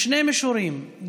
בשני מישורים,